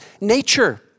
nature